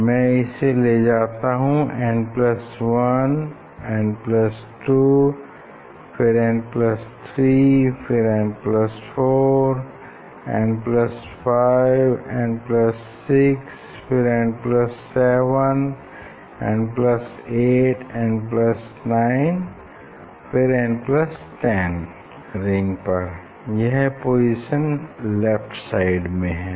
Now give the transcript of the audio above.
मैं इसे ले जाता हूँ n1 पर फिर n2 फिर n3 फिर n4 फिर n5 फिर n6 फिर n7 फिर n8 फिर n9 फिर n10 th रिंग पर यह पोजीशन लेफ्ट साइड में है